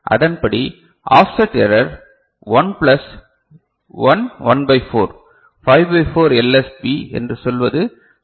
அதன்படி offset error 1 plus 1 1 by 4 5 by 4 LSB என்று சொல்வது சரியானது